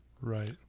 Right